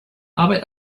arbeit